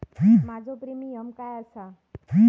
माझो प्रीमियम काय आसा?